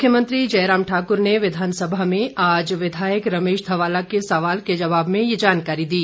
मुख्यमंत्री जयराम ठाक्र ने विधानसभा में आज विधायक रमेश धवाला के सवाल के जवाब में यह जानकारी दी